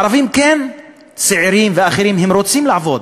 ערבים צעירים אחרים כן רוצים לעבוד,